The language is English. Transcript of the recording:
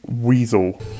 weasel